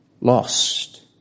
lost